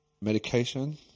Medication